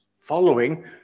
following